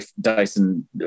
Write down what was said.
Dyson